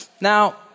Now